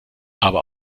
aber